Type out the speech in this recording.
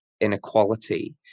inequality